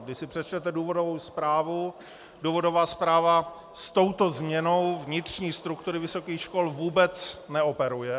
Když si přečtete důvodovou zprávu, důvodová zpráva s touto změnou vnitřní struktury vysokých škol vůbec neoperuje.